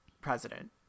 president